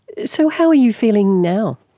so how are you feeling now?